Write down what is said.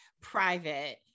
private